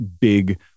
big